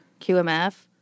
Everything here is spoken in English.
QMF